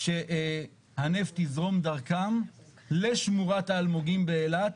כשהנפט יזרום דרכם לשמורת האלמוגים באילת,